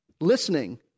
listening